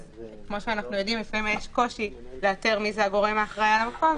כמו שאנחנו יודעים לפעמים יש קושי לאתר מי הגורם האחראי על המקום,